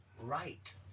right